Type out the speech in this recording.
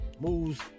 moves